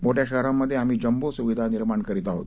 मोठ्या शहरांमध्ये आम्ही जम्बो सुविधा निर्माण करीत आहोत